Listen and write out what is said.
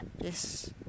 Yes